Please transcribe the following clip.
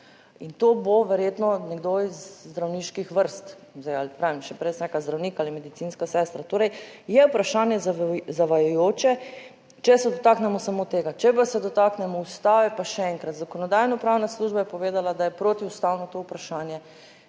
in to bo verjetno nekdo iz zdravniških vrst. Zdaj, ali pravim, še prej sem rekla, zdravnik ali medicinska sestra, torej je vprašanje zavajajoče, če se dotaknemo samo tega. Če se dotaknemo Ustave, pa še enkrat, Zakonodajnopravna služba je povedala, da je protiustavno to vprašanje,